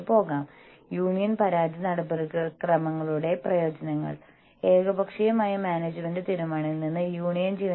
കാരണം യൂണിയനുകൾ കുഴപ്പങ്ങൾ സൃഷ്ടിക്കുക എന്ന ലക്ഷ്യത്തോടെ രൂപീകരിച്ചാൽ അത് വളരെ അപൂർവമായ കേസുകളിൽ മാത്രം ആണ് സംഭവിക്കുന്നത്